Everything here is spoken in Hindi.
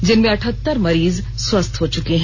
जिनमें अठहत्तर मरीज स्वस्थ हो चुके हैं